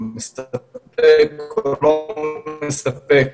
מספק או לא מספק?